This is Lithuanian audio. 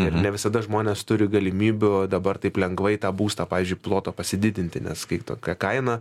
ir ne visada žmonės turi galimybių dabar taip lengvai tą būstą pavyzdžiui ploto pasididinti nes kaip tokią kainą